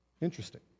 Interesting